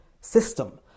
system